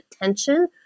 attention